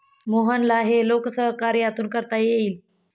मोहनला हे लोकसहकार्यातून करता येईल